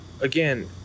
Again